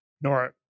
Nora